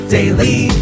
Daily